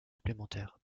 supplémentaires